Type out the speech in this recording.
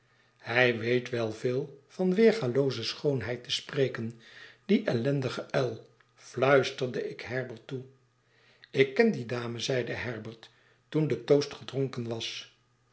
hij weet wel veel van weergalooze schoonheid te spreken die ellendige uill ftuisterde ik herbert toe ik ken die dame zeide herbert toen de toast gedronken was